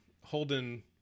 Holden